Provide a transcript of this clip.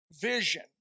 vision